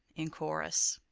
in chorus.